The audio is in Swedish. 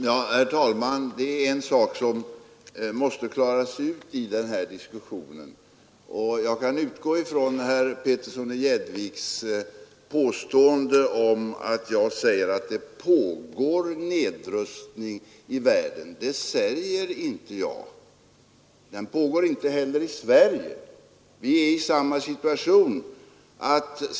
Herr talman! Det är en sak som måste klaras ut i den här diskussionen. Jag kan då ta som utgångspunkt herr Peterssons i Gäddvik påstående att jag skulle säga att det pågår nedrustning i världen. Det säger inte jag. Någon sådan pågår inte heller i Sverige — vi är i samma situation som andra länder.